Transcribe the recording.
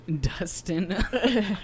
Dustin